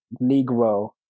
Negro